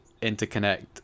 interconnect